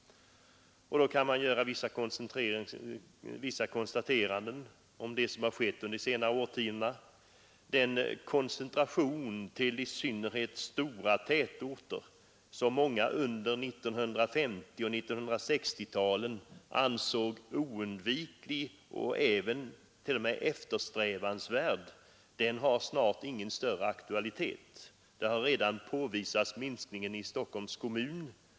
Då kan man göra vissa konstateranden om det som har skett under de senare årtiondena. Den koncentration till i synnerhet stora tätorter, som många under 1950 och 1960-talen ansåg oundviklig och t.o.m. eftersträvansvärd, har snart ingen större aktualitet. Minskningen i Stockholms kommun har redan påvisats.